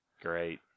Great